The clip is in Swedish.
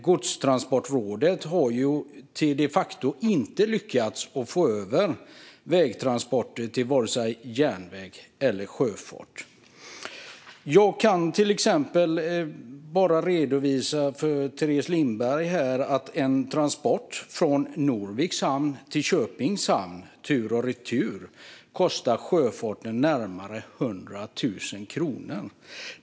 Godstransportrådet har de facto inte lyckats få över vägtransporter till vare sig järnväg eller sjöfart. Jag kan till exempel redovisa för Teres Lindberg att en transport från Norviks hamn till Köpings hamn tur och retur kostar sjöfarten närmare 100 000 kronor.